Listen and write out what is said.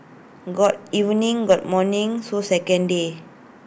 got evening got morning so second day